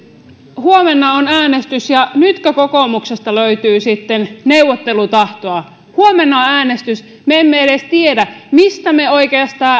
huomenna on äänestys ja nytkö kokoomuksesta löytyi sitten neuvottelutahtoa huomenna on äänestys me emme edes tiedä mistä me oikeastaan